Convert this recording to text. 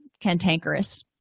cantankerous